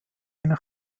eine